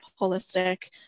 holistic